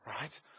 right